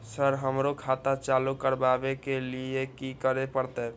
Sir हमरो खाता चालू करबाबे के ली ये की करें परते?